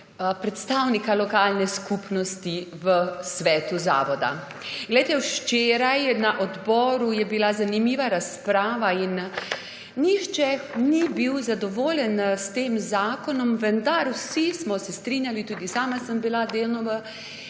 predstavnika lokalne skupnosti v svetu zavoda. Glejte, včeraj na odboru je bila zanimiva razprava in nihče ni bil zadovoljen s tem zakonom, vendar vsi smo se strinjali, tudi sama sem bila delno